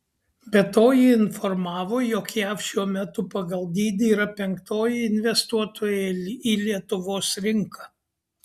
be to ji informavo jog jav šiuo metu pagal dydį yra penktoji investuotoja į lietuvos rinką